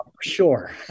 Sure